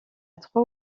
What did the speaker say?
trois